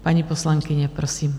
Paní poslankyně, prosím.